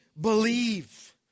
believe